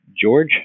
george